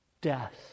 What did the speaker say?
death